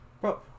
Bro